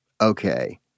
Okay